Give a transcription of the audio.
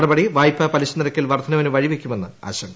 നടപടി വായ്പാ പലിശ നിരക്കിൽ വർദ്ധനവിന് വഴിവയ്ക്കുമെന്ന് ആശങ്ക